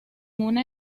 una